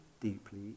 deeply